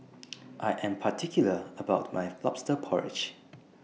I Am particular about My Lobster Porridge